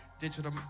digital